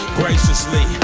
graciously